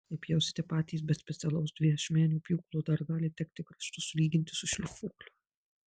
jei pjausite patys be specialaus dviašmenio pjūklo dar gali tekti kraštus sulyginti su šlifuokliu